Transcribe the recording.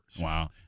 wow